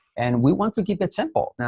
and we want to keep it simple.